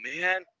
man